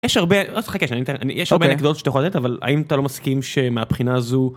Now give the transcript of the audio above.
יש הרבה אנקדוטות שאתה יכול לתת אבל האם אתה לא מסכים שמהבחינה הזו